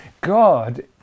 God